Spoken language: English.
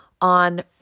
on